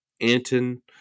Anton